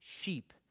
sheep